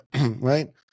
right